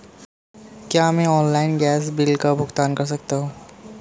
क्या मैं online gas bill का भुगतान कर सकता हूँ?